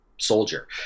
soldier